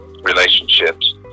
relationships